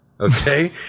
Okay